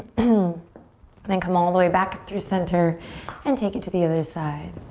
and um and then come all the way back through center and take it to the other side.